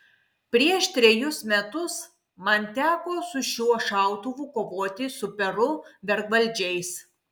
prieš trejus metus man teko su šiuo šautuvu kovoti su peru vergvaldžiais